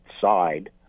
side